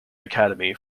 academy